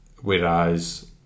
whereas